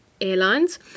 Airlines